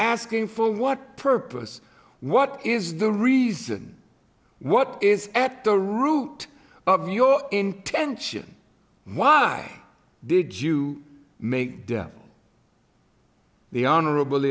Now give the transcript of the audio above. asking for what purpose what is the reason what is at the root of your intention why did you make devil the honorable